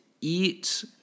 eat